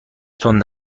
تند